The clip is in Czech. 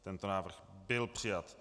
Tento návrh byl přijat.